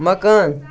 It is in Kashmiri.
مکان